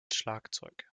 schlagzeug